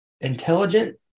intelligent